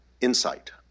insight